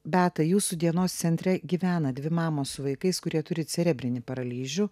beata jūsų dienos centre gyvena dvi mamos su vaikais kurie turi cerebrinį paralyžių